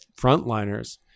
frontliners